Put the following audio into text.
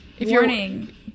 Warning